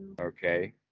Okay